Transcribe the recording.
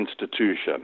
institution